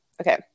Okay